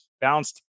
bounced